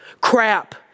crap